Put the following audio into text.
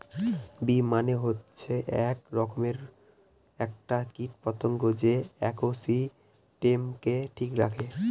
bee মানে হচ্ছে এক রকমের একটা কীট পতঙ্গ যে ইকোসিস্টেমকে ঠিক রাখে